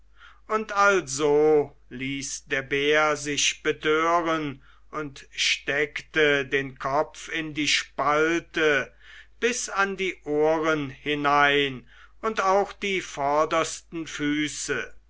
und also ließ der bär sich betören und steckte den kopf in die spalte bis an die ohren hinein und auch die vordersten füße